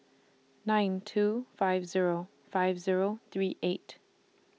nine two five Zero five Zero three eight